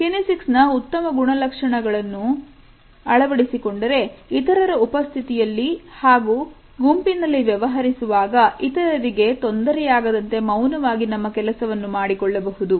ಕಿನೆಸಿಕ್ಸ್ನ ಉತ್ತಮ ಲಕ್ಷಣಗಳನ್ನು ಅಳವಡಿಸಿಕೊಂಡರೆ ಇತರರ ಉಪಸ್ಥಿತಿಯಲ್ಲಿ ಹಾಗೂ ಗುಂಪಿನಲ್ಲಿ ವ್ಯವಹರಿಸುವಾಗ ಇತರರಿಗೆ ತೊಂದರೆಯಾಗದಂತೆ ಮೌನವಾಗಿ ನಮ್ಮ ಕೆಲಸವನ್ನು ಮಾಡಿಕೊಳ್ಳಬಹುದು